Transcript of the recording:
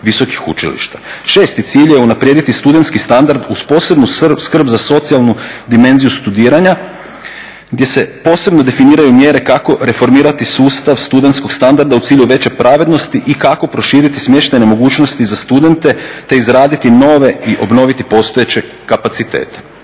cilj je unaprijediti studentski standard uz posebnu skrb za socijalnu dimenziju studiranja gdje se posebno definiraju mjere kako reformirati sustav studentskog standarda u cilju veće pravednosti i kako proširiti smještajne mogućnosti za studente te izraditi nove i obnoviti postojeće kapacitete.